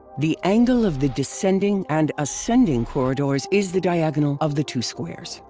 the angle of the descending and ascending corridors is the diagonal of the two squares.